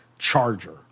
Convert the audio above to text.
charger